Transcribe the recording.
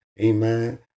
Amen